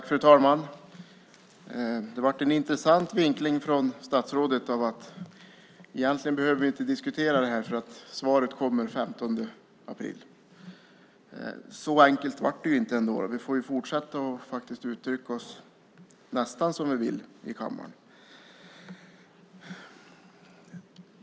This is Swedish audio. Fru talman! Det var en intressant vinkling från statsrådet, att vi egentligen inte behöver diskutera det här, eftersom svaret kommer den 15 april. Så enkelt är det ändå inte. Vi får faktiskt fortsätta att uttrycka oss nästan som vi vill i kammaren.